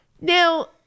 Now